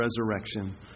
resurrection